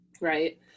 Right